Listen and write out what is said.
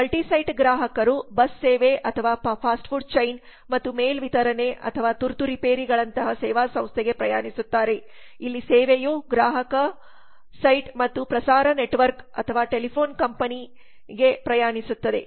multi ಸೈಟ್ಗ್ರಾಹಕರು ಬಸ್ಸೇವೆ ಅಥವಾ ಫಾಸ್ಟ್ ಫುಡ್ ಚೈನ್ ಮತ್ತು ಮೇಲ್ ವಿತರಣೆ ಅಥವಾ ತುರ್ತು ರಿಪೇರಿಗಳಂತಹಸೇವಾ ಸಂಸ್ಥೆಗೆ ಪ್ರಯಾಣಿಸುತ್ತಾರೆ ಇಲ್ಲಿ ಸೇವೆಯು ಗ್ರಾಹಕ ಸೈಟ್ ಮತ್ತು ಪ್ರಸಾರ ನೆಟ್ವರ್ಕ್ ಅಥವಾ ಟೆಲಿಫೋನ್ ಕಂಪನಿಗೆ ಪ್ರಯಾಣಿಸುತ್ತದೆ